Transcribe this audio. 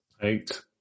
eight